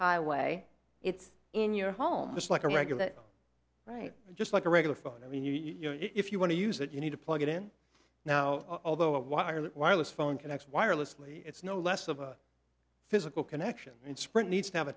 highway it's in your home it's like a regular right just like a regular phone i mean you know if you want to use it you need to plug it in now although a wireless wireless phone connect wirelessly it's no less of a physical connection and sprint needs to have a